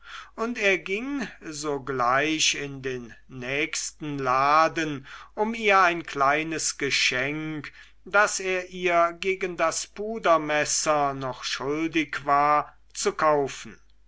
und er ging sogleich in den nächsten laden um ihr ein kleines geschenk das er ihr gegen das pudermesser noch schuldig war zu kaufen